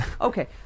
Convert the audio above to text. Okay